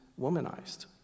womanized